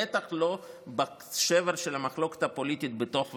בטח לא בשבר של המחלוקת הפוליטית בתוך ועדה.